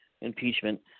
impeachment